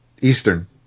Eastern